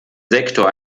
sektor